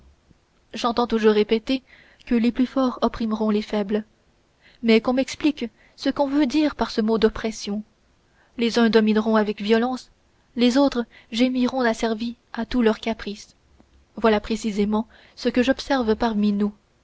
j'entends toujours répéter que les plus forts opprimeront les faibles mais qu'on m'explique ce qu'on veut dire par ce mot d'oppression les uns domineront avec violence les autres gémiront asservis à tous leurs caprices voilà précisément ce que j'observe parmi nous